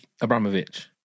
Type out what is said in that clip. Abramovich